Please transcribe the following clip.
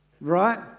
Right